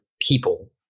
people